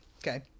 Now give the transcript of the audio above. Okay